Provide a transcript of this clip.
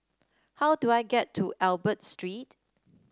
how do I get to Albert Street